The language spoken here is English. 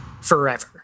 Forever